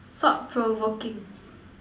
thought provoking